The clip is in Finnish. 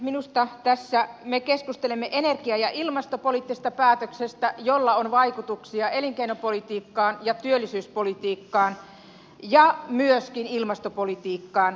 minusta me tässä keskustelemme energia ja ilmastopoliittisesta päätöksestä jolla on vaikutuksia elinkeinopolitiikkaan työllisyyspolitiikkaan ja myöskin ilmastopolitiikkaan